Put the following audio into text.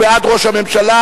הוא בעד ראש הממשלה,